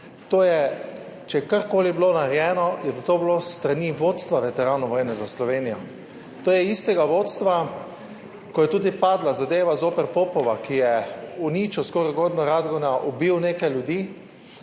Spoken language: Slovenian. dan. Če je karkoli bilo narejeno, je to bilo s strani vodstva veteranov vojne za Slovenijo. To je istega vodstva, ko je tudi padla zadeva zoper Popova, ki je skoraj uničil Gornjo Radgono, ubil nekaj ljudi,